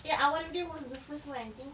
ya awaludin was the first one I think